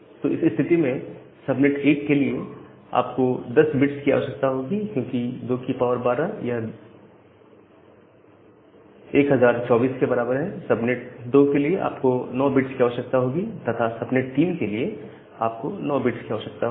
तो इस स्थिति में सबनेट 1 के लिए आपको 10 बिट्स की आवश्यकता होगी क्योंकि 212 यह 1024 के बराबर है सबनेट 2 के लिए आपको 9 बिट्स की आवश्यकता होगी तथा सबनेट 3 के लिए आपको 9 बिट्स की आवश्यकता होगी